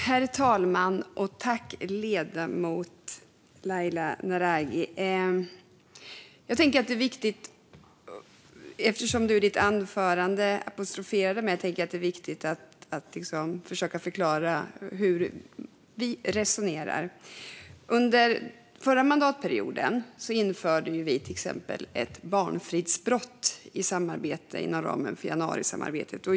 Herr talman! Eftersom Laila Naraghi i sitt anförande apostroferade mig tänker jag att det är viktigt att försöka förklara hur vi resonerar. Under förra mandatperioden införde vi till exempel ett barnfridsbrott inom ramen för januarisamarbetet.